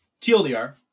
TLDR